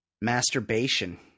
Masturbation